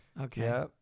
okay